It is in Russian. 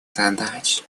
задач